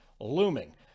Looming